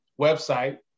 website